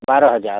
बारह हज़ार